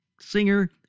singer